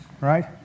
right